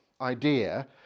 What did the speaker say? idea